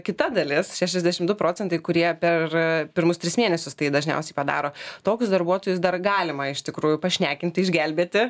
kita dalis šešiasdešimt du procentai kurie per pirmus tris mėnesius tai dažniausiai padaro tokius darbuotojus dar galima iš tikrųjų pašnekinti išgelbėti